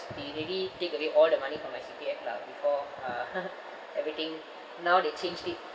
they already take away all the money from my C_P_F lah before uh everything now they changed it